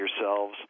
yourselves